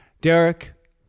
Derek